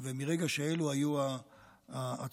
ומרגע שאלו היו ההצעות,